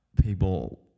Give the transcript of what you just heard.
people